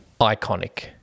iconic